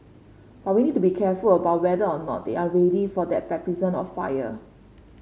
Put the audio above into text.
but we need to be careful about whether or not they are ready for that baptism of fire